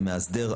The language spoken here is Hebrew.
כמאסדר,